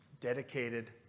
dedicated